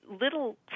little